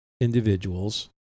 individuals